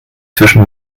zwischen